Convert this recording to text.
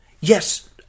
yes